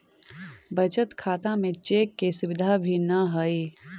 बचत खाता में चेक के सुविधा भी न हइ